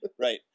Right